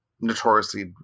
notoriously